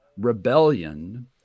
rebellion